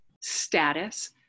status